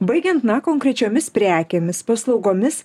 baigiant na konkrečiomis prekėmis paslaugomis